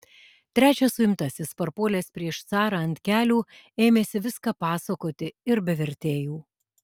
trečias suimtasis parpuolęs prieš carą ant kelių ėmėsi viską pasakoti ir be vertėjų